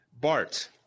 Bart